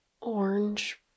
orange